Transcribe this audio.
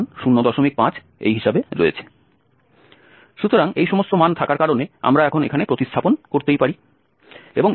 সুতরাং এই সমস্ত মান থাকার কারণে আমরা এখন এখানে প্রতিস্থাপন করতে পারি